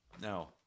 Now